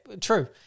true